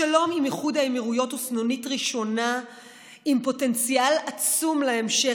השלום עם איחוד האמירויות הוא סנונית ראשונה עם פוטנציאל עצום להמשך,